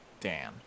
Dan